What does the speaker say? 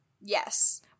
Yes